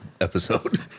episode